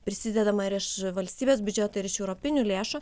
prisidedama ir iš valstybės biudžeto ir iš europinių lėšų